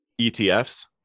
ETFs